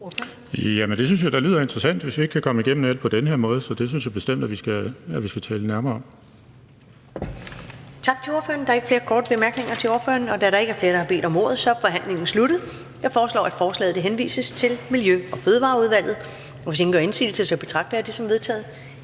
Det synes jeg da lyder interessant, hvis vi ikke kan komme igennem med det på den her måde. Så det synes jeg bestemt at vi skal tale nærmere om. Kl. 13:31 Første næstformand (Karen Ellemann): Tak til ordføreren. Der er ikke flere korte bemærkninger til ordføreren. Da der ikke er flere, der har bedt om ordet, er forhandlingen sluttet. Jeg foreslår, at forslaget til folketingsbeslutning henvises til Miljø- og Fødevareudvalget. Hvis ingen gør indsigelse, betragter jeg det som vedtaget.